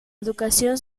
educación